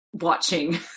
watching